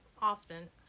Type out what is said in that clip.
often